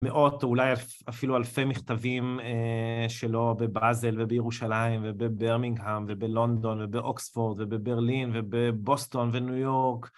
מאות או אולי אפילו אלפי מכתבים שלו בבאזל ובירושלים ובברמנגהם ובלונדון ובאוקספורד ובברלין ובבוסטון וניו יורק.